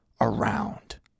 around